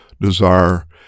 desire